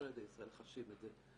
כל ילדי ישראל חשים את זה,